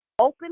Open